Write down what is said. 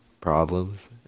problems